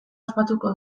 ospatuko